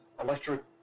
electric